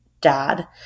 dad